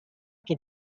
che